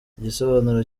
igisobanuro